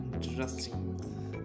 interesting